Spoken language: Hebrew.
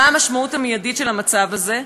מה המשמעות המיידית של המצב הזה?